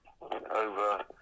over